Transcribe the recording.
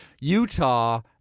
Utah